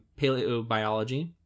Paleobiology